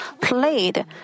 played